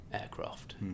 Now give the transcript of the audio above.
aircraft